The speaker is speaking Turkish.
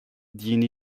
dini